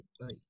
Right